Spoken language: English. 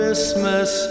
Christmas